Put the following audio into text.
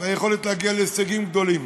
היכולת להגיע להישגים גדולים,